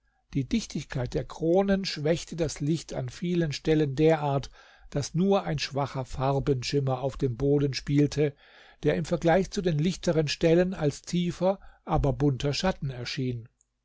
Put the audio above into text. die dichtigkeit der kronen schwächte das licht an vielen stellen derart daß nur ein schwacher farbenschimmer auf dem boden spielte der im vergleich zu den lichteren stellen als tiefer aber bunter schatten erschien